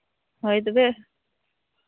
ᱦᱳᱭ ᱛᱚᱵᱮ